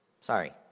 sorry